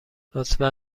لطفا